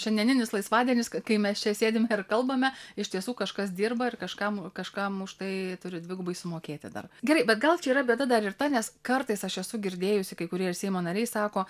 šiandieninis laisvadienis kai mes čia sėdim ir kalbame iš tiesų kažkas dirba ir kažkam kažkam už tai turi dvigubai sumokėti dar gerai bet gal čia yra bėda dar ir ta nes kartais aš esu girdėjusi kai kurie ir seimo nariai sako